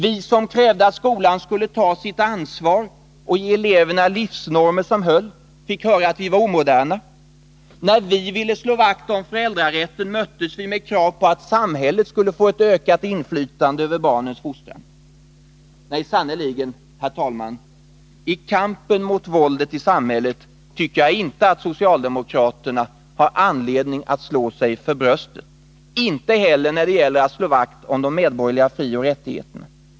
Vi som krävde att skolan skulle ta sitt ansvar och ge eleverna livsnormer som höll fick höra att vi var omoderna. När vi ville slå vakt om föräldrarätten möttes vi med krav på att samhället skulle få ett ökat inflytande över barnens fostran. Nej sannerligen, herr talman! När det gäller kampen mot våldet i samhället tycker jag inte att socialdemokraterna har anledning att slå sig för bröstet, inte heller när det gäller att slå vakt om de medborgerliga frioch rättigheterna.